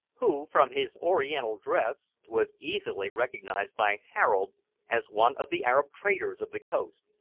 who, from his oriental dress, was easily recognised by harold as one of the arab traders of the coast.